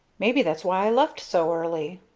maybe that's why i left so early!